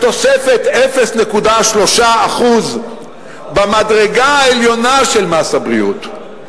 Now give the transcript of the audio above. בתוספת 0.3% במדרגה העליונה של מס הבריאות,